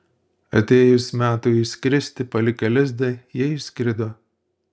atėjus metui išskristi palikę lizdą jie išskrido